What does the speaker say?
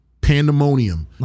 Pandemonium